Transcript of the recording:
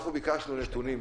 ביקשנו נתונים,